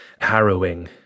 harrowing